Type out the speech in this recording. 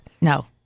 No